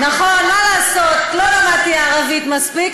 נכון, מה לעשות, לא למדתי ערבית מספיק.